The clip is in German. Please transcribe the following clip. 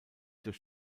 durch